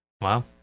Wow